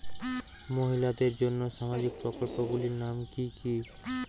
মহিলাদের জন্য সামাজিক প্রকল্প গুলির নাম কি কি?